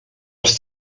els